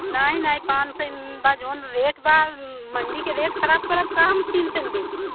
नहीं नहीं पाँच सौ बा जोन रेट बा मंडी के रेट खराब करब का तीन सौ में बेच कर